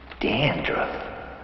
Dandruff